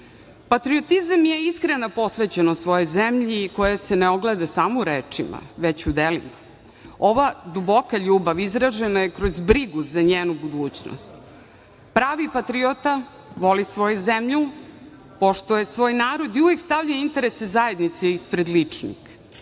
nas. Patriotizam je iskrena posvećenost svojoj zemlji i koja se ne ogleda samo u rečima, već u delima. Ova duboka ljubav izražena je kroz brigu za njenu budućnost. Pravi patriota voli svoju zemlju, poštuje svoj narod i uvek stavlja interese zajednice ispred ličnih.